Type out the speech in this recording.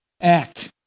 act